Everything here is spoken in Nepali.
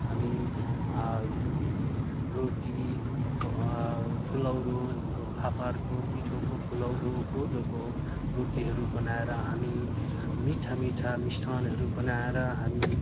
हामी रोटी फुलौरो फापरको पिठोको फुलौरो कोदोको रोटीहरू बनाएर हामी मिठा मिठा मिष्ठान्नहरू बनाएर हामी